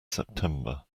september